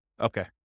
Okay